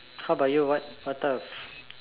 how about you what type of